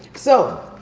so,